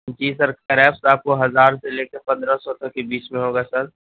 جی sir grapes آپ کو ہزار سے لے کے پندرہ سو تک کے بیچ میں ہو گا سر